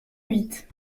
huit